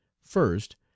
first